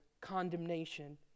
condemnation